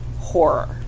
horror